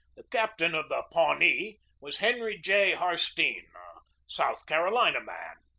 the captain of the pawnee was henry j. har stene, a south carolina man,